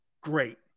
great